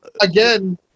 Again